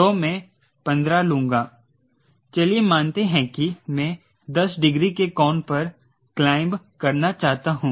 तो मैं 15 लूंगा चलिए मानते हैं कि मैं 10 डिग्री के कोण पर क्लाइंब करना चाहता हूं